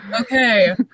Okay